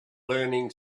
learning